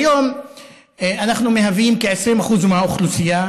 כיום אנחנו מהווים כ-20% מהאוכלוסייה,